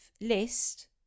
list